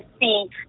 see